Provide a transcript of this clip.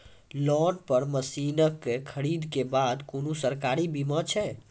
Loan पर मसीनऽक खरीद के बाद कुनू सरकारी बीमा छै?